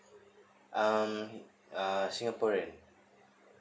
um uh singaporean